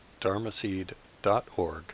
dharmaseed.org